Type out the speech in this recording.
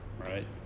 right